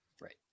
Right